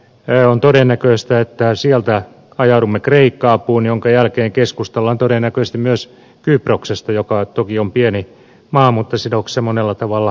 on todennäköistä että sieltä ajaudumme kreikka apuun minkä jälkeen keskustellaan todennäköisesti myös kyproksesta joka toki on pieni maa mutta sidoksissa monella tavalla kreikkaan